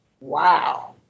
Wow